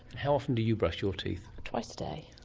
how often do you brush your teeth? twice a day.